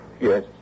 Yes